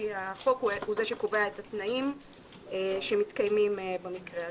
כי החוק הוא זה שקובע את התנאים שמתקיימים במקרה הזה.